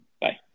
bye